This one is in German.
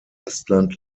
estland